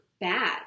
bad